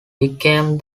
became